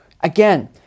Again